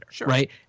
Right